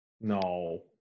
no